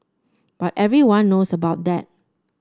but everyone knows about that